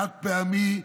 בחד-פעמי,